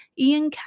Ian